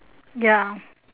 ya